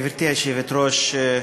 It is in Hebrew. גברתי היושבת-ראש,